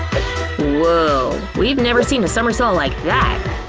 woah, we've never seen a summersault like that!